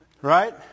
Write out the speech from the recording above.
Right